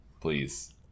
Please